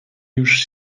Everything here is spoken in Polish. już